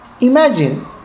Imagine